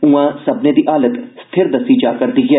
उआं सब्बने दी हालत स्थिर दस्सी जा'रदी ऐ